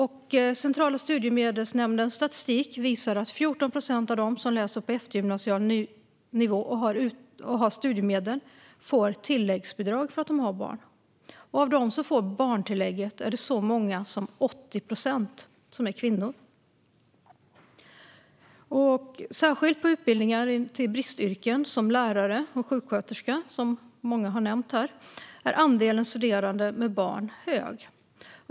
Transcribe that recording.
Centrala studiestödsnämndens statistik visar att 14 procent av dem som läser på eftergymnasial nivå och har studiemedel får tilläggsbidrag för att de har barn. Av dem som får barntillägget är så många som 80 procent kvinnor. Särskilt på utbildningar till bristyrken som lärare och sjuksköterska, som många har nämnt här, är andelen studerande med barn hög.